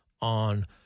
on